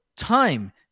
time